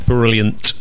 Brilliant